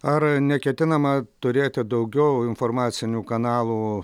ar neketinama turėti daugiau informacinių kanalų